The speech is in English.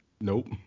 Nope